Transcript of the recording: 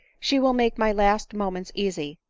she will make my last moments easy,